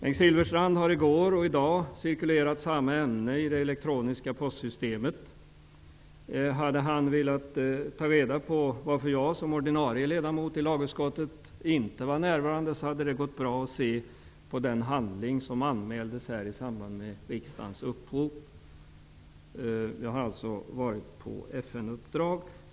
Bengt Silfverstrand har i går och i dag cirkulerat med samma ämne i det elektroniska postsystemet. Hade han velat ta reda på varför jag som ordinarie ledamot i lagutskottet inte var närvarande, hade det gått bra att se det på den handling som anmäldes i samband med riksmötets öppnande. Jag har alltså varit på FN uppdrag.